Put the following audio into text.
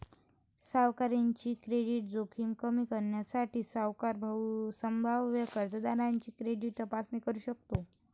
सावकाराची क्रेडिट जोखीम कमी करण्यासाठी, सावकार संभाव्य कर्जदाराची क्रेडिट तपासणी करू शकतो